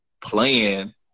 playing